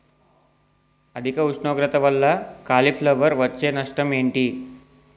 అధిక ఉష్ణోగ్రత వల్ల కాలీఫ్లవర్ వచ్చే నష్టం ఏంటి?